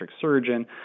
surgeon